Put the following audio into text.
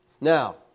Now